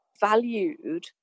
valued